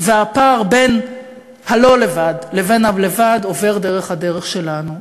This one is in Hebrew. והפער בין הלא-לבד לבין הלבד עובר דרך הדרך שלנו.